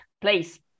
place